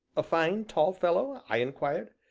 a fine, tall fellow? i inquired.